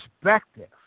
perspective